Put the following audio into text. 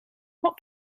what